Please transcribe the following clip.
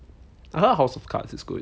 I heard house of cards is good